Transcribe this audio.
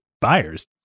buyers